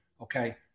okay